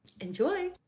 Enjoy